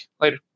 Later